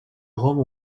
rome